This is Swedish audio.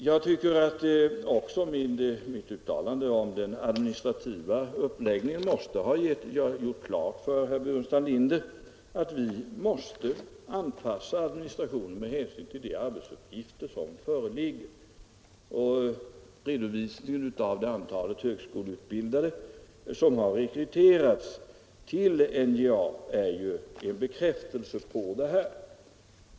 Jag tycker att mitt uttalande om den administrativa uppläggningen bör ha gjort klart för herr Burenstam Linder att vi måste anpassa administrationen med hänsyn till de arbetsuppgifter som föreligger. Och redovisningen av det antal högskoleutbildade som har rekryterats till NJA är ju en bekräftelse på detta.